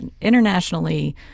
internationally